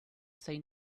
say